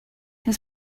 his